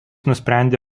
nusprendė